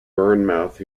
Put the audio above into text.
bournemouth